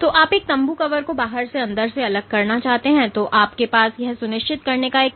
तो आप एक तम्बू कवर को बाहर से अंदर से अलग करना चाहते हैं आपके पास यह सुनिश्चित करने का एक